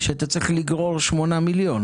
שאתה צריך לגרור שמונה מיליון?